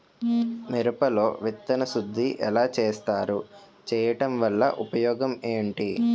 మిరప లో విత్తన శుద్ధి ఎలా చేస్తారు? చేయటం వల్ల ఉపయోగం ఏంటి?